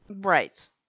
right